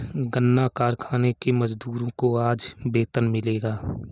गन्ना कारखाने के मजदूरों को आज वेतन मिलेगा